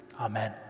Amen